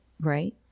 right